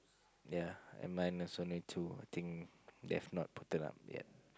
ya and mine also need to think they have not put it up yet